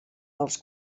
dels